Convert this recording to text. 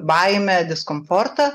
baimę diskomfortą